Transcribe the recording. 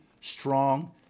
strong